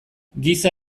giza